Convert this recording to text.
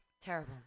Terrible